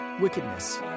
wickedness